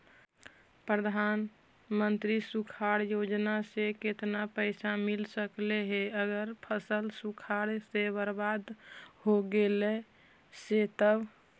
प्रधानमंत्री सुखाड़ योजना से केतना पैसा मिल सकले हे अगर फसल सुखाड़ से बर्बाद हो गेले से तब?